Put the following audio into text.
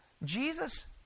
Jesus